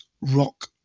rock